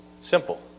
Simple